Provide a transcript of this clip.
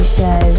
Show